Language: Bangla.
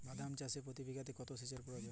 বাদাম চাষে প্রতি বিঘাতে কত সেচের প্রয়োজন?